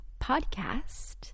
Podcast